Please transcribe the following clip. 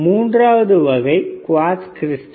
மூன்றாவது வகை quartz crystal